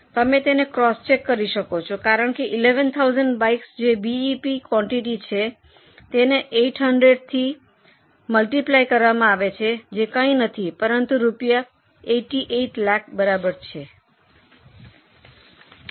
તમે તેને cross check કરી શકો છો કારણ કે 11000 બાઇકસ જે બીઈપી ક્વોન્ટૅટી છે તેને 800 થી ગુણાકાર કરવામાં આવે છે જે કંઈ નથી પરંતુ રૂપિયા 88 લાખ બરાબર છે